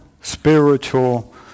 spiritual